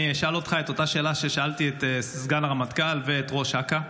אני אשאל אותך את אותה שאלה ששאלתי את סגן הרמטכ"ל ואת ראש אכ"א.